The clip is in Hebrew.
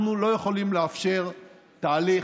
אנחנו לא יכולים לאפשר תהליך